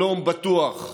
שלום בטוח.